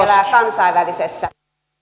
elää kansainvälisessä